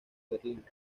berlín